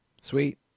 Sweet